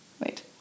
Wait